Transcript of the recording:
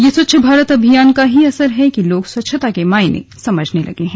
ये स्वच्छ भारत अभियान का ही असर है कि लोग स्वच्छता के मायने समझने लगे हैं